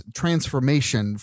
transformation